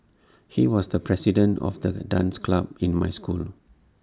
he was the president of the dance club in my school